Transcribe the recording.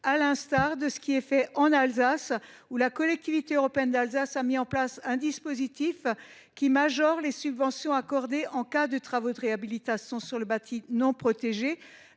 d’ailleurs ce qui se fait dans ma région, la Collectivité européenne d’Alsace ayant mis en place un dispositif qui majore les subventions accordées en cas de travaux de réhabilitation sur le bâti non protégé